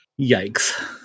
Yikes